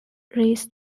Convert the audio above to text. race